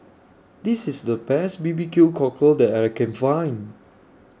This IS The Best B B Q Cockle that I Can Find